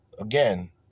Again